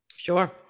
Sure